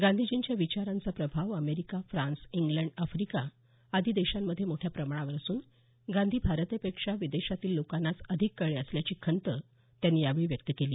गांधीजींच्या विचारांचा प्रभाव अमेरिका फ्रांन्स इंग्लंड अफ्रिका आदि देशामध्ये मोठा प्रमाणावर असून गांधी भारतापेक्षा विदेशातील लोकांनाच अधिक कळले असल्याची खंत त्यांनी व्यक्त केली